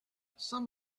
some